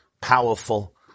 powerful